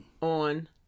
On